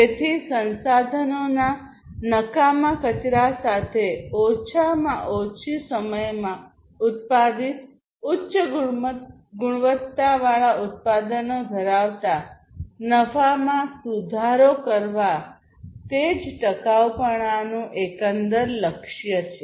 તેથી સંસાધનોના નકામા કચરા સાથે ઓછા સમયમાં ઉત્પાદિત ઉચ્ચ ગુણવત્તાવાળા ઉત્પાદનો ધરાવતા નફામાં સુધારો કરવો તે જ ટકાઉપણુંનું એકંદર લક્ષ્ય છે